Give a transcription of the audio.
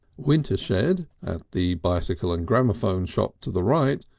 wintershed at the bicycle and gramaphone shop to the right,